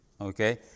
Okay